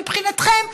מבחינתכם,